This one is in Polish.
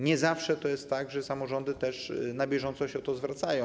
Nie zawsze jest tak, że samorządy też na bieżąco się o to zwracają.